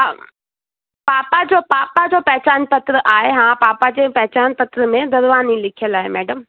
हा पापा जो पापा जो पहचान पत्र आहे हा पापा खे पहचान पत्र में धरवानी लिखियल आहे मैडम